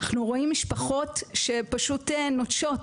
אנחנו רואים משפחות שנוטשות,